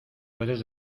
puedes